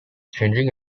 changing